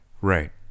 right